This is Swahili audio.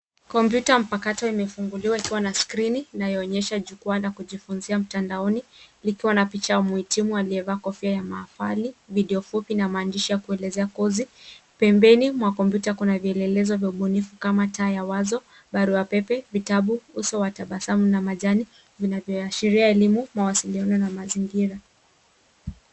Kompyuta mpakato imefunguliwa ikiwa na skrini inayoonyesha jukwaa la kujifunzia mtandaoni likiwa na picha ya mhitimu aliyevaa kofia ya mahafali, video fupi na maandishi ya kuelezea kozi. Pembeni mwa kompyuta kuna vielelezo vya ubunifu kama taa ya wazo, barua pepe, vitabu, uso wa tabasamu na majani vinavyoashiria elimu, mawasiliano na mazingira.